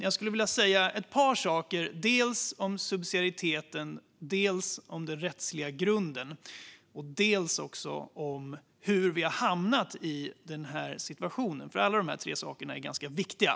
Jag vill säga ett par saker dels om subsidiariteten, dels om den rättsliga grunden och dels om hur vi har hamnat i den här situationen. Alla dessa tre saker är ganska viktiga.